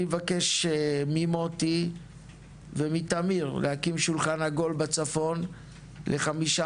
אני מבקש ממוטי ומתמיר להקים שולחן עגול בצפון לחמישה